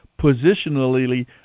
positionally